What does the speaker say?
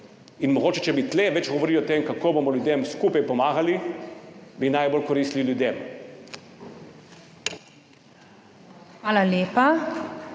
In mogoče, če bi tu več govorili o tem, kako bomo ljudem skupaj pomagali, bi najbolj koristili ljudem.